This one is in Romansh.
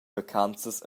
vacanzas